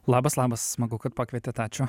labas labas smagu kad pakvietėt ačiū